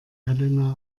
helena